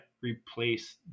replace